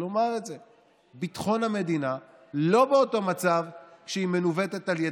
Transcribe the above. מדברת כל היום ואומרת לנו מוסר על חורבן בית המקדש ועל שנאת